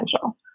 potential